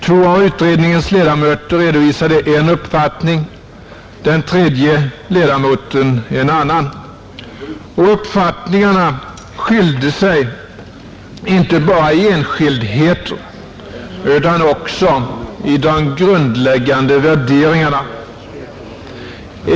Två av utredningens ledamöter redovisade en uppfattning, den tredje ledamoten en annan. Uppfattningarna skilde sig inte bara i enskildheter utan också i de grundläggande värderingarna.